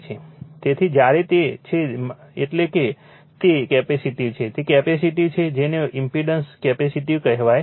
તેથી જ્યારે તે છે એટલે કે તે કેપેસિટીવ છે તે કેપેસિટીવ છે જેને ઈમ્પેડન્સ કેપેસિટીવ કહેવાય છે